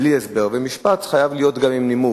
בלי הסבר, ומשפט חייב להיות גם עם נימוק,